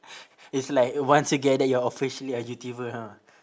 it's like once you get that you're officially a youtuber ha